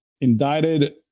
indicted